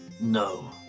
No